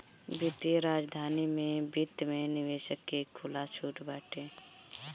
वित्तीय राजधानी में वित्त में निवेशक के खुला छुट बाटे